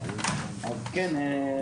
כן,